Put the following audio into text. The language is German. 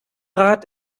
rat